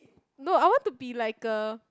no I want to be like a